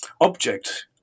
object